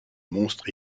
monstre